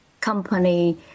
company